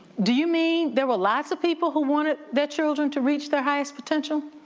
do you mean there were lots of people who wanted their children to reach their highest potential?